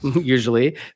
usually